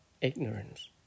Ignorance